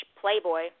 playboy